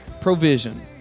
provision